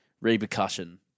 repercussion